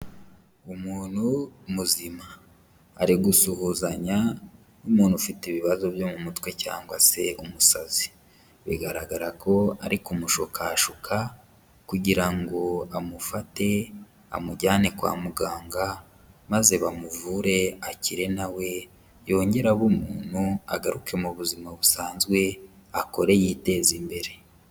Umuntu muzima, ari gusuhuzanya n'umuntu ufite ibibazo byo mu mutwe cyangwa se umusazi, bigaragara ko ari kumushukashuka kugira ngo amufate amujyane kwa muganga, maze bamuvure, akire na we yongere abe umuntu, agaruke mu buzima busanzwe, akore yiteze imbere.